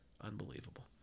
Unbelievable